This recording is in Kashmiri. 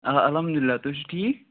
آ الحمدُاللہ تُہۍ چھُو ٹھیٖک